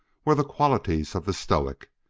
were the qualities of the stoic.